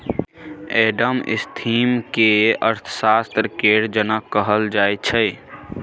Adam Smith केँ अर्थशास्त्र केर जनक कहल जाइ छै